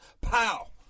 Pow